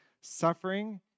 suffering